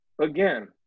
again